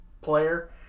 player